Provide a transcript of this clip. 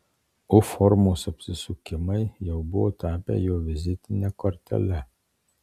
u formos apsisukimai jau buvo tapę jo vizitine kortele